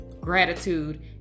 gratitude